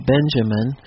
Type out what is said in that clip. Benjamin